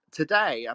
today